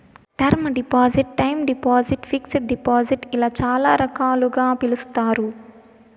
term deposit time deposit fixed deposit ఇలా చాలా రకాలుగా పిలుస్తారు